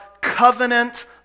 covenant